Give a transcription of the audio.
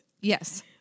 yes